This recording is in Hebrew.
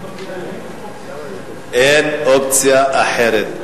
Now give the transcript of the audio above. אין אופציה אחרת.